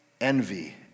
Envy